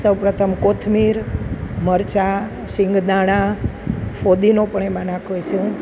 સૌ પ્રથમ કોથમીર મરચાં શિંગ દાણા ફૂદીનો પણ એમાં નાખું છું